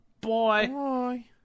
Bye